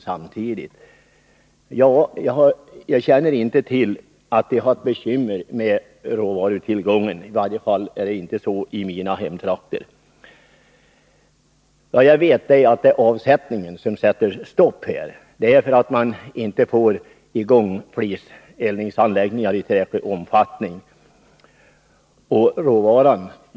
Jag känner inte till att det har varit bekymmer med råvarutillgången, i varje fall inte i mina hemtrakter. Såvitt jag vet är det avsättningen som sätter stopp — man får inte i gång fliseldningsanläggningar i tillräcklig omfattning.